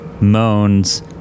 moans